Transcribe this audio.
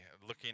looking